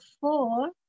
Four